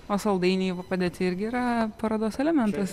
o saldainiai padėti irgi yra parodos elementas